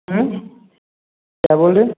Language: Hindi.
क्या बोल रहे